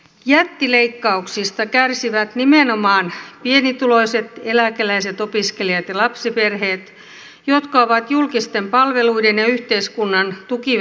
jättileikkauksista kärsivät nimenomaan pienituloiset eläkeläiset opiskelijat ja lapsiperheet jotka ovat julkisten palveluiden ja yhteiskunnan tukiverkoston varassa